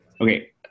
okay